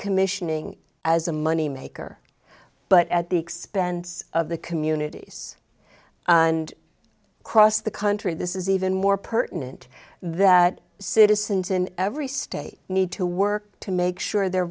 decommissioning as a moneymaker but at the expense of the communities and across the country this is even more pertinent that citizens in every state need to work to make sure the